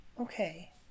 Okay